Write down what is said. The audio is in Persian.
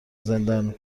زندانهای